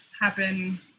happen